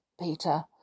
Peter